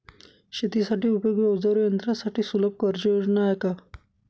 शेतीसाठी उपयोगी औजारे व यंत्रासाठी सुलभ कर्जयोजना आहेत का?